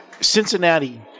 Cincinnati